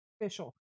official